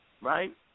right